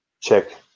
check